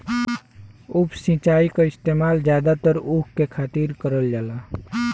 उप सिंचाई क इस्तेमाल जादातर ऊख के खातिर करल जाला